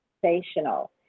sensational